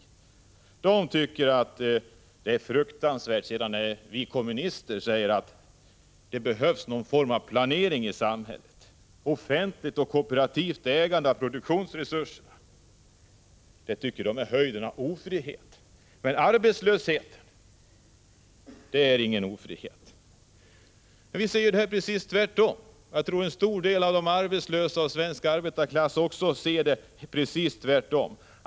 Borgerligheten tycker att det är fruktansvärt när vi kommunister säger att det behövs någon form av planering i samhället med offentligt och kooperativt ägande av produktionsresurserna. Det tycker de är höjden av ofrihet. Men arbetslöshet är ingen ofrihet. Vi säger precis tvärtom. Jag tror att en stor del av de arbetslösa och svensk arbetarklass också ser det tvärtom.